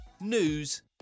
news